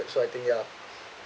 so I think yeah